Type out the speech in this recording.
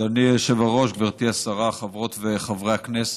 אדוני היושב-ראש, גברתי השרה, חברות וחברי הכנסת,